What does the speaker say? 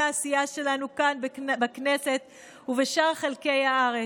העשייה שלנו כאן בכנסת ובשאר חלקי הארץ.